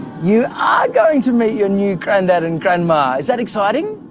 you are going to meet your new grandad and grandma! is that exciting?